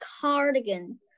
cardigan